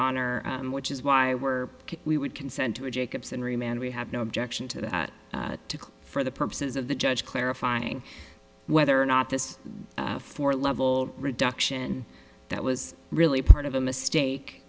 honor which is why were we would consent to a jacobson remain we have no objection to that for the purposes of the judge clarifying whether or not this four level reduction that was really part of a mistake